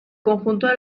conjunto